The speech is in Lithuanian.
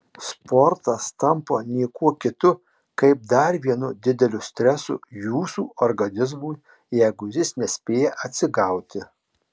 sportas tampa niekuo kitu kaip dar vienu dideliu stresu jūsų organizmui jeigu jis nespėja atsigauti